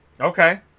Okay